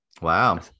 Wow